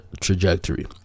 trajectory